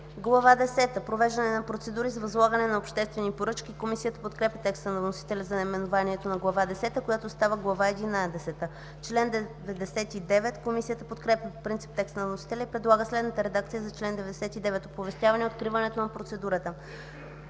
десета – Провеждане на процедури за възлагане на обществени поръчки”. Комисията подкрепя текста на вносителя за наименованието на Глава десета, която става Глава единадесета. „Комисията подкрепя по принцип текста на вносителя и предлага следната редакция на чл. 99: „Оповестяване откриването на процедурата